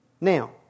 Now